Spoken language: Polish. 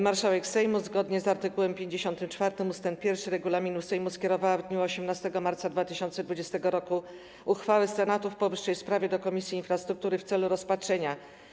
Marszałek Sejmu zgodnie z art. 54 ust. 1 regulaminu Sejmu skierowała w dniu 18 marca 2020 r. uchwałę Senatu w powyższej sprawie do Komisji Infrastruktury w celu rozpatrzenia.